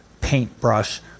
paintbrush